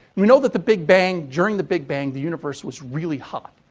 we know that the big bang, during the big bang, the universe was really hot.